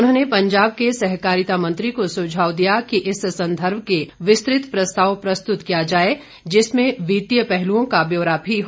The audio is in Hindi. उन्होंने पंजाब के सहकारिता मंत्री को सुझाव दिया कि इस संदर्भ के विस्तृत प्रस्ताव प्रस्तुत किया जाए जिसमें वित्तीय पहलुओं का ब्यौरा भी हो